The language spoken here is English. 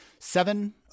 Seven